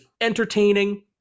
entertaining